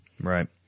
right